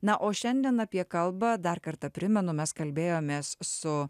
na o šiandien apie kalbą dar kartą primenu mes kalbėjomės su